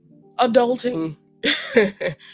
adulting